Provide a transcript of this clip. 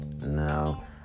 No